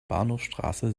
bahnhofsstraße